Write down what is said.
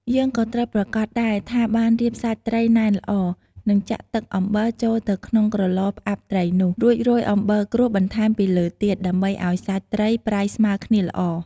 យើងក៏៏ត្រូវប្រាកដដែរថាបានរៀបសាច់ត្រីណែនល្អ និងចាក់ទឹកអំបិលចូលទៅក្នុងក្រឡផ្អាប់ត្រីនោះ រួចរោយអំបិលក្រួសបន្ថែមពីលើទៀត ដើម្បីឱ្យសាច់ត្រីប្រៃស្មើគ្នាល្អ។